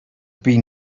been